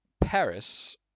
paris